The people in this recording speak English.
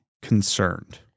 concerned